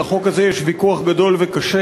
על החוק הזה יש ויכוח גדול וקשה,